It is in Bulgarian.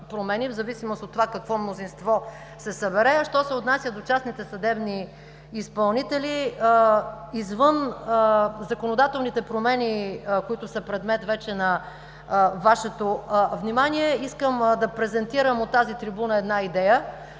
в зависимост от това какво мнозинство се събере. А що се отнася до частните съдебни изпълнители, извън законодателните промени, които са предмет вече на Вашето внимание, искам да презентирам от тази трибуна една идея.